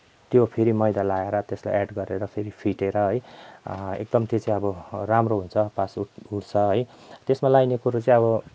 त्यो फेरि मैदा लाएर त्यसलाई ए़ड गरेर फेरि फिटेर है एकदम त्यो चाहिँ अब राम्रो हुन्छ पास उठ उठ्छ है त्यसमा लगाइने कुरो चाहिँ अब